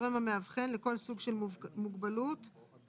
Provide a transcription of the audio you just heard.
ועדת אבחון מקבלת את הסמכויות לגבי אנשים עם מוגבלות שכלית-התפתחותית,